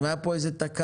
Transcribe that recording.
אם הייתה פה איזו תקנה,